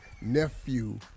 nephew